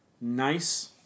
nice